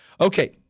Okay